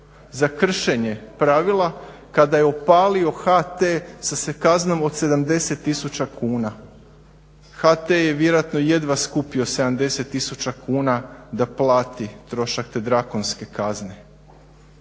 za kršenje pravila. Kada je opalio HT sa kaznom od 70 tisuća kuna, HT je vjerojatno jedva skupio 70 tisuća kuna da plati troška te drakonske kazne.